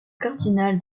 cardinal